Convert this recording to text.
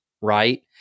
right